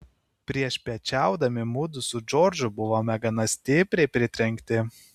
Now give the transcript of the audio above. priešpiečiaudami mudu su džordžu buvome gana stipriai pritrenkti